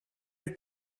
have